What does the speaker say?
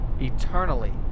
eternally